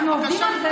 אנחנו עובדים על זה.